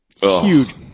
huge